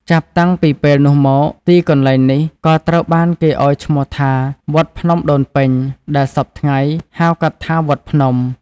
ចាប់តាំងពីពេលនោះមក ទីកន្លែងនេះក៏ត្រូវបានគេឲ្យឈ្មោះថា "វត្តភ្នំដូនពេញ" ដែលសព្វថ្ងៃហៅកាត់ថា "វត្តភ្នំ"។